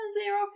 Zero